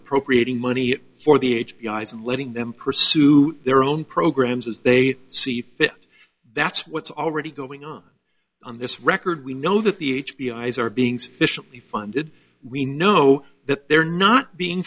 appropriating money for the h b eyes and letting them pursue their own programs as they see fit that's what's already going on on this record we know that the h b o eyes are being sufficiently funded we know that they're not being